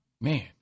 Man